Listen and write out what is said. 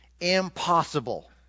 impossible